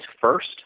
first